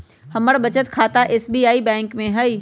हमर बचत खता एस.बी.आई बैंक में हइ